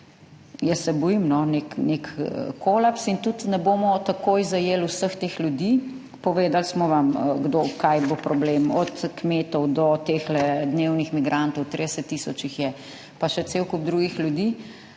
jaz se bojim, no, nek kolaps. In tudi ne bomo takoj zajeli vseh teh ljudi. Povedali smo vam, kaj bo problem, od kmetov do dnevnih migrantov, 30 tisoč jih je, pa še cel kup drugih ljudi.